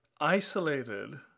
isolated